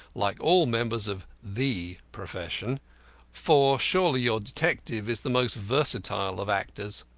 like all members of the profession for surely your detective is the most versatile of actors.